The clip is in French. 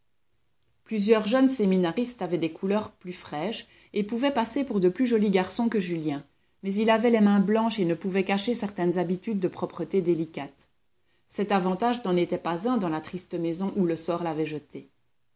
plusieurs jeunes séminaristes avaient des couleurs plus fraîches et pouvaient passer pour plus jolis garçons que julien mais il avait les mains blanches et ne pouvait cacher certaines habitudes de propreté délicate cet avantage n'en était pas un dans la triste maison où le sort l'avait jeté